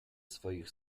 swych